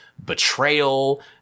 Betrayal